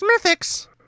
Smithix